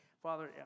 Father